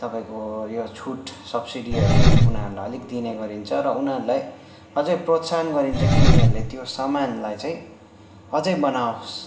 तपाईँको यो छुट सब्सिडीहरू उनीहरूलाई अलिक दिने गरिन्छ र उनीहरूलाई अझ प्रोत्साहन गरिन्छ कि उनीहरूले त्यो सामानलाई चाहिँ अझ बनावोस्